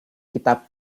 kita